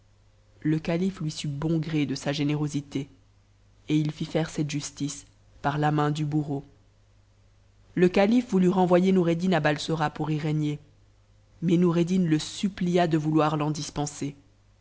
le caufe lui sut ou gré de sa générosité et it fit faire cette justice par la main du bour mm le calife voulut renvoyer noureddin à balsora pour y régner mais xoureddin e supplia de vouloir l'en dispenser